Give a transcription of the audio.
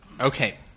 Okay